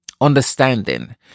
understanding